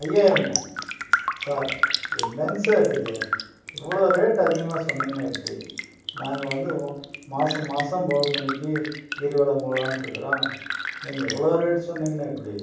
ஐயாயிரமா sir என்னங்க sir இது இவ்வளோ ரேட்டு அதிகமாக சொன்னீங்கனால் எப்படி நாங்கள் வந்து மாதம் மாதம் பௌர்ணமிக்கு கிரிவலம் போலான்னுருக்குறோம் நீங்கள் இவ்வளோ ரேட்டு சொன்னீங்கனா எப்படி